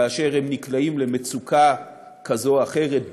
הם נקלעים למצוקה כזו או אחרת,